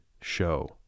show